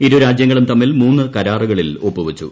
ഇരുരാജ്യങ്ങളും തമ്മിൽ മൂന്ന് കരാറുകളിൽ ഒപ്പുവച്ചു